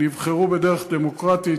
נבחרו בדרך דמוקרטית.